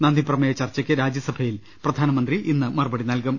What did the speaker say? നന്ദിപ്രമേയ ചർച്ചക്ക് രാജ്യസഭയിൽ പ്രധാനമന്ത്രി ഇന്ന് മറുപടി നൽകും